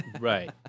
Right